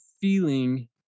feeling